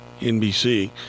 NBC